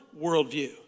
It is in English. worldview